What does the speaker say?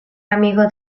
amigo